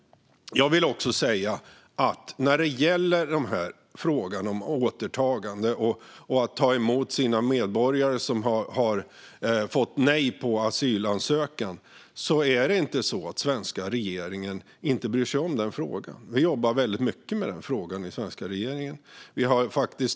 När det gäller frågan om återtagande och att länder ska ta emot sina medborgare som har fått nej på sin asylansökan vill jag säga att det inte är så att den svenska regeringen inte bryr sig om den frågan. Vi jobbar väldigt mycket med den frågan i den svenska regeringen.